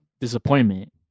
disappointment